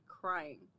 crying